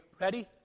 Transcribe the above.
Ready